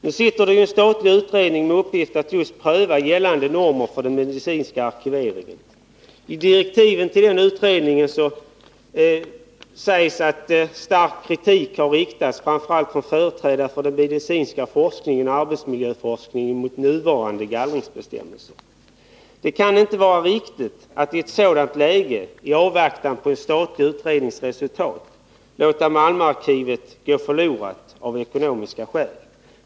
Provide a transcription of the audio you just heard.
Nu sitter en statlig utredning med uppgift just att pröva gällande normer för den medicinska arkiveringen. I direktiven till den utredningen sägs att stark kritik har riktats, framför allt från företrädare för den medicinska forskningen och arbetsmiljöforskningen, mot nuvarande gallringsbestämmelser. Det kan inte vara riktigt att i ett sådant läge, i avvaktan på en statlig utrednings resultat, låta Malmöarkivet gå förlorat av ekonomiska skäl.